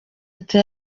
ati